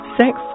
sex